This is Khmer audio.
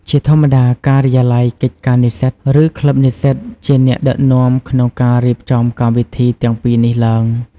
ជាធម្មតា ការិយាល័យកិច្ចការនិស្សិត ឬក្លឹបនិស្សិតជាអ្នកដឹកនាំក្នុងការរៀបចំកម្មវិធីទាំងពីរនេះឡើង។